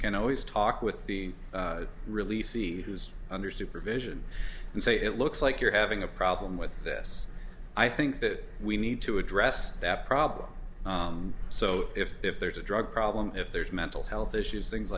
can always talk with the release see who's under supervision and say it looks like you're having a problem with this i think that we need to address that problem so if if there's a drug problem if there's mental health issues things